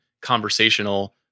conversational